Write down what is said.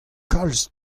kalz